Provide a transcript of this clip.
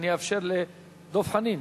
אני אאפשר שאלה לחבר הכנסת דב חנין.